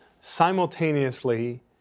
simultaneously